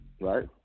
Right